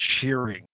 cheering